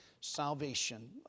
salvation